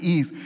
Eve